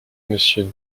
monsieur